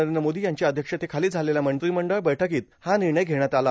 नरेंद्र मोदी यांच्या अध्यक्षतेखाली झालेल्या मंत्रिमंडळ बैठकीत हा निर्णय घेण्यात आला